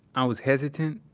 i was hesitant,